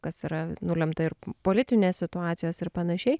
kas yra nulemta ir politinės situacijos ir panašiai